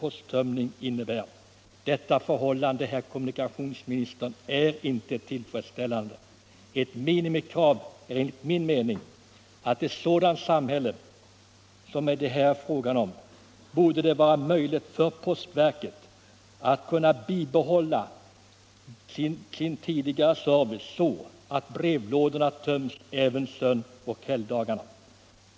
Detta förhållande, herr Om framtida beslut kommunikationsminister, är inte tillfredsställande. Ett minimikrav är rörande nedläggenligt min mening att det i ett sådant samhälle som det här är fråga = ning av järnvägslinom borde vara möjligt för postverket att bibehålla sin tidigare service, jer så att brevlådorna töms även sönoch helgdagar.